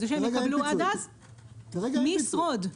מי ישרוד?